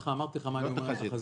אמרתי לך מה אני אומר על התחזית.